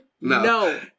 No